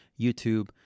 YouTube